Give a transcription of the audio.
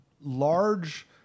large